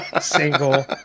single